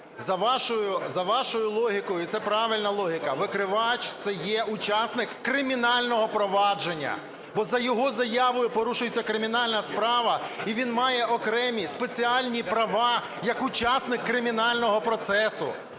за вашою логікою, і це правильна логіка, викривач – це є учасник кримінального провадження, бо за його заявою порушується кримінальна справа, і він має окремі спеціальні права як учасник кримінального процесу.